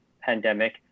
pandemic